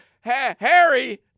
Harry